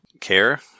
care